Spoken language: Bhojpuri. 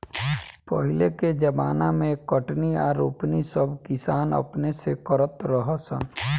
पहिले के ज़माना मे कटनी आ रोपनी सब किसान अपने से करत रहा सन